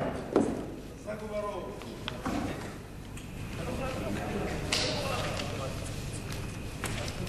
קוצצה משכורת חודש נובמבר במחצית כדי להעביר תקציבים למועצה